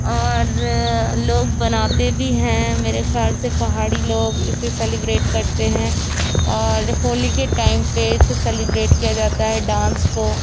اور لوگ بناتے بھی ہیں میرے خیال سے پہاڑی لوگ اسے سیلیبریٹ کرتے ہیں اور ہولی کے ٹائم پہ اسے سیلیبریٹ کیا جاتا ہے ڈانس کو